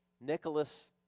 Nicholas